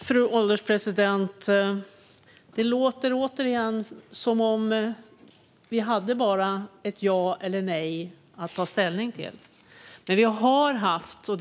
Fru ålderspresident! Det låter återigen som om vi bara har att ta ställning för ett ja eller nej.